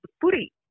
footy